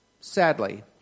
sadly